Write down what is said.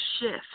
shift